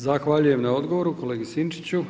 Zahvaljujem na odgovoru kolegi Sinčiću.